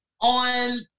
on